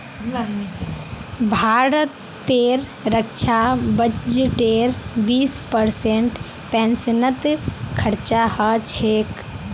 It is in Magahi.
भारतेर रक्षा बजटेर बीस परसेंट पेंशनत खरचा ह छेक